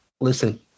listen